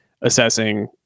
assessing